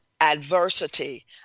adversity